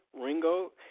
Ringo